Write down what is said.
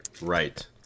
right